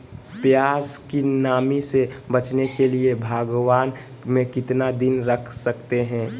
प्यास की नामी से बचने के लिए भगवान में कितना दिन रख सकते हैं?